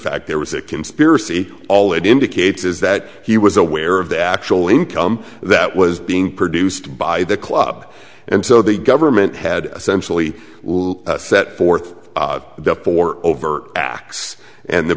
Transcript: fact there was a conspiracy all it indicates is that he was aware of the actual income that was being produced by the club and so the government had essentially set forth the four overt acts and the